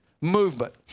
movement